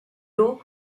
dans